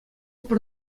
пӗр